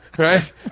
Right